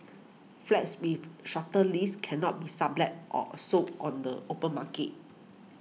flats with shorter leases cannot be sublet or sold on the open market